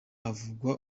havugwa